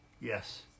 yes